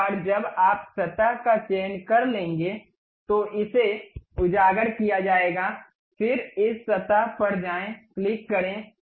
एक बार जब आप सतह का चयन कर लेंगे तो इसे उजागर किया जाएगा फिर इस सतह पर जाएं क्लिक करें